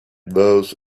those